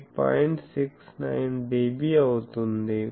69 dB అవుతుంది